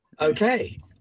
Okay